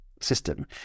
system